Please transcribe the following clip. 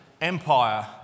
empire